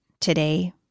today